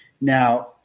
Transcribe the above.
Now